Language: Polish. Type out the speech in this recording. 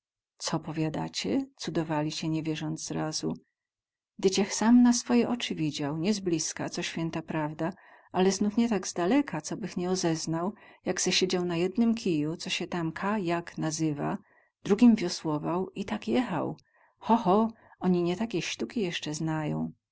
co powiadacie cudowali sie nie wierząc zrazu dyć ech sam na swoje ocy widział nie z bliska co święta prawda ale znowu nie z tak daleka cobych nie ozeznał jak se siedział na jednym kiju co sie tam ka jak nazywa drugim wiosłował i tak jechał ho ho oni nie takie śtuki jesce znają